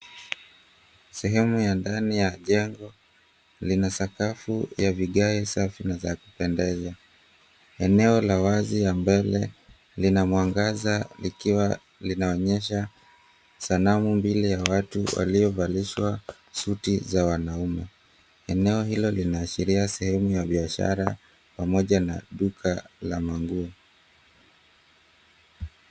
Sehemu ya ndani ya jengo lina sakafu ya vigae safi na za kupendeza. Eneo la wazi ya mbele lina mwangaza likiwa linaonyesha sanamu mbili ya watu waliovalishwa suti za wanaume. Eneo hilo linaashiria sehemu ya biashara pamoja na duka la manguo.